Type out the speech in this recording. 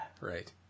Right